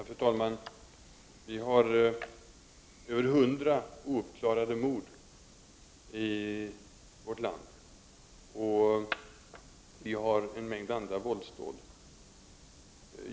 Fru talman! Vi har över 100 ouppklarade mord i vårt land, förutom en mängd andra våldsdåd.